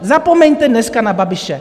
Zapomeňte dneska na Babiše.